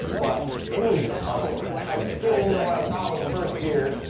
but it needs a ton of work. i get it into what i thought was first gear,